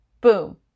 boom